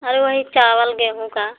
अरे वही चावल गेंहूँ का